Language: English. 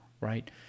right